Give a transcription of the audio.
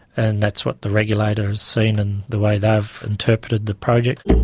and that's what the regulator has seen and the way they have interpreted the project.